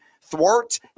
thwart